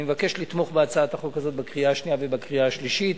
אני מבקש לתמוך בהצעת החוק הזאת בקריאה השנייה ובקריאה השלישית.